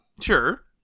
Sure